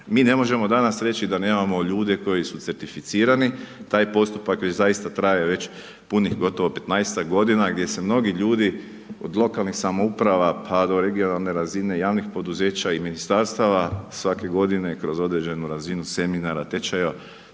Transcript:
Mi ne možemo danas reći da nemamo ljude koji su certificirani, taj postupak već zaista traje već punih gotovo 15-ak godina gdje se mnogi ljudi od lokalnih samouprava pa do regionalne razine, javnih poduzeća i ministarstava svake godine kroz određenu razinu seminara, tečajeva